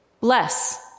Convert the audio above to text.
Bless